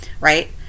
right